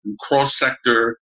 cross-sector